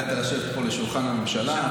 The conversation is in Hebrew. הגעת לשבת פה, ליד שולחן הממשלה.